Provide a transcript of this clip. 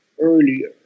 earlier